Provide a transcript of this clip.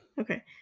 Okay